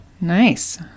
nice